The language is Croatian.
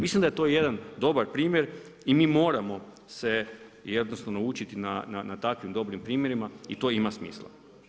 Mislim da je to jedna dobar primjer i mi moramo se jednostavno učiti na takvim dobrim primjerima i to ima smisla.